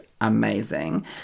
amazing